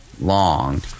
long